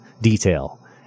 detail